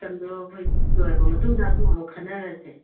ꯃꯇꯝꯗꯣ ꯍꯣꯏ ꯁꯤ ꯂꯣꯏꯔꯕ ꯃꯇꯨꯡꯗ ꯑꯗꯨ ꯑꯃꯨꯛ ꯈꯟꯅꯔꯁꯦ